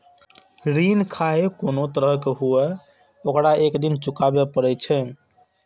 ऋण खाहे कोनो तरहक हुअय, ओकरा एक दिन चुकाबैये पड़ै छै